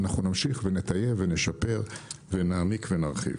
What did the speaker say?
אנחנו נמשיך ונטייב ונשפר ונעמיק ונרחיב.